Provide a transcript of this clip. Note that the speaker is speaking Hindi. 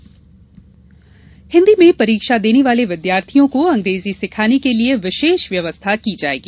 शिक्षा करार हिन्दी में परीक्षा देने वाले विद्यार्थियों को अंग्रेजी सिखाने के लिये विशेष व्यवस्था की जायेगी